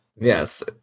yes